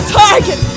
target